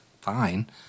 Fine